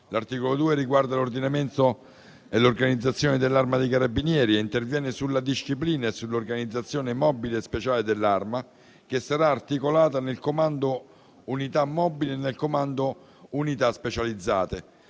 L'articolo 2 riguarda l'ordinamento e l'organizzazione dell'Arma dei carabinieri e interviene sulla disciplina e sull'organizzazione mobile e speciale dell'Arma, che sarà articolata nel comando unità mobile e nel comando unità specializzate.